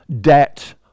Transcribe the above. debt